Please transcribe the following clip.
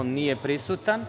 Nije prisutan.